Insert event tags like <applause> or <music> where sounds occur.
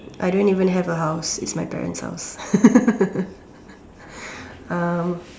I don't even have a house it's my parents' house <laughs> um